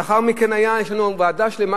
לאחר מכן יש לנו ועדה שלמה,